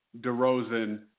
DeRozan